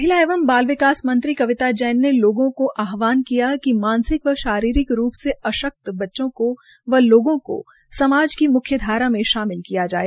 महिला एवं बाल विकास मंत्री कविता जैन ने लोगों का आहवान किया कि मानसिक व शारीरिक रूप से अशक्त बच्चों व लोगों को समाज की मुख्य धारा में शामिल किया जाये